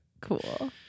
Cool